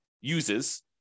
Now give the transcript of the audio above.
uses